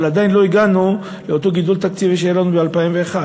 אבל עדיין לא הגענו לאותו גידול תקציבי שהיה לנו ב-2001.